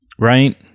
Right